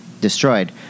destroyed